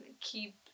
keep